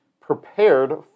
prepared